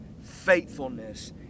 faithfulness